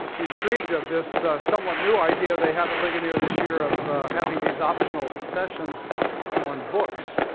intrigued of this somewhat new idea they have at ligonier this year of having these optional sessions on books.